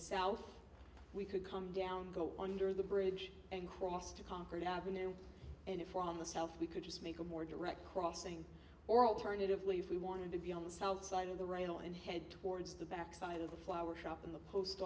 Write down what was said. south we could come down go on the bridge and cross to concord avenue and if we're on the south we could just make a more direct crossing or alternatively if we wanted to be on the south side of the rail and head towards the back side of the flower shop in the post